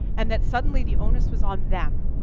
and that suddenly, the onus was on them,